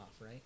right